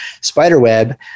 SpiderWeb